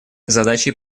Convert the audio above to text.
задачей